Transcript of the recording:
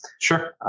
Sure